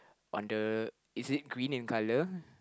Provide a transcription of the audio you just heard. on the is it green in colour